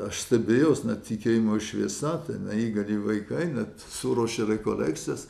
aš stebėjaus net tikėjimo šviesa ten neįgali vaikai net suruošė rekolekcijas